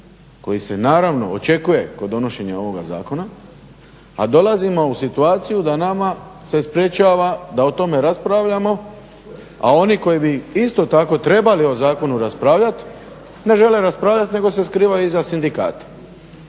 koji se naravno očekuje kod donošenja ovoga zakona. A dolazimo u situaciju da nama se sprečava da o tome raspravljamo, a oni koji bi isto tako trebali o zakonu raspravljat ne žele raspravljat nego se skrivaju iza sindikata.